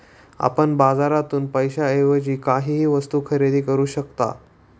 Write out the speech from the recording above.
आपण बाजारातून पैशाएवजी काहीही वस्तु खरेदी करू शकता